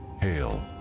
hail